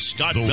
Scott